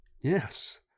Yes